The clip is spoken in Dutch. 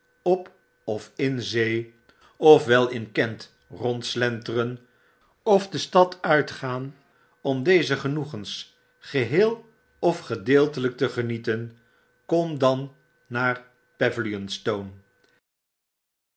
op of in zee of wel in kent rondslenteren of de stad uitgaan om deze genoegens geheel of gedeeltelijk te genieten kom dan naar